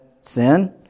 sin